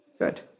Good